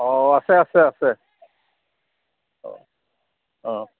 অঁ আছে আছে আছে অঁ অঁ